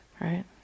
Right